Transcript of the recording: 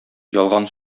ялган